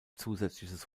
zusätzliches